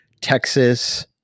texas